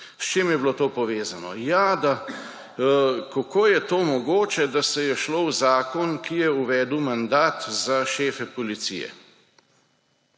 S čim je bilo to povezano? Ja, kako je to mogoče, da se je šlo v zakon, ki je uvedel mandat za šefe policije?